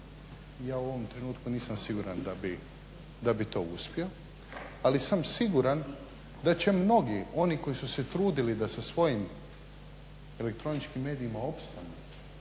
Ja u ovom trenutku nisam siguran da bi to uspio ali sam siguran da će mnogi oni koji su se trudili da sa svojim elektroničkim medijima opstanu